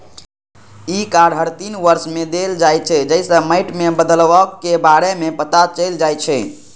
ई card हर तीन वर्ष मे देल जाइ छै, जइसे माटि मे बदलावक बारे मे पता चलि जाइ छै